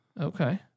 Okay